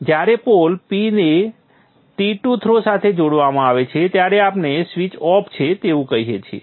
જ્યારે pole P ને T2 throw સાથે જોડવામાં આવે છે ત્યારે આપણે સ્વીચ ઓફ છે તેવું કહીએ છીએ